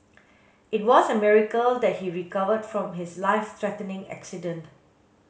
it was a miracle that he recovered from his life threatening accident